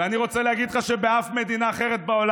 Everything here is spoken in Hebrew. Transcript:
ואני רוצה להגיד לך שבאף מדינה אחרת בעולם,